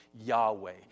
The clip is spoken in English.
Yahweh